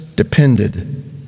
depended